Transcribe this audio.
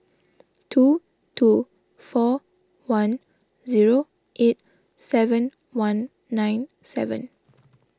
two two four one zero eight seven one nine seven